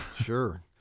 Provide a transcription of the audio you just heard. sure